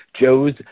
Joe's